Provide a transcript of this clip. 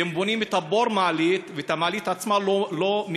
הם בונים את בור המעלית ואת המעלית עצמה לא מקימים.